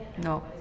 no